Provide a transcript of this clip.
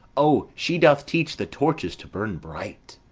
o, she doth teach the torches to burn bright!